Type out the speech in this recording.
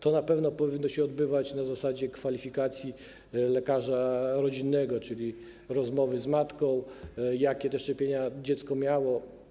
To na pewno powinno odbywać się na zasadzie kwalifikacji przez lekarza rodzinnego, czyli rozmowy z matką, jakie szczepienia dziecko miało.